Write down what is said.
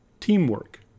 Teamwork